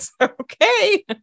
okay